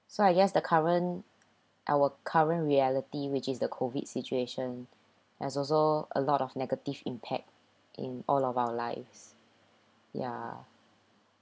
so I guess the current our current reality which is the COVID situation has also a lot of negative impact in all of our lives ya